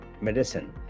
medicine